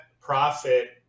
profit